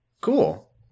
Cool